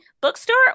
bookstore